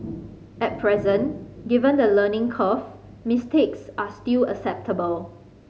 at present given the learning curve mistakes are still acceptable